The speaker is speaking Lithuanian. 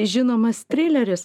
žinomas trileris